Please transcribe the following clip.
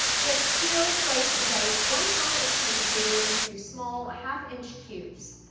just peel, slice, and dice one pound of sweet potato into small half-inch cubes.